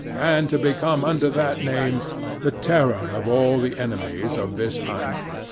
and to become under that name the terror of all the enemies of this island.